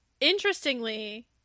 Interestingly